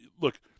Look